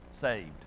saved